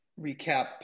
recap